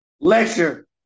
Lecture